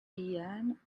ian